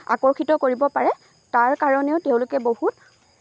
আকৰ্ষিত কৰিব পাৰে তাৰ কাৰণেও তেওঁলোকে বহুত